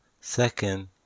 Second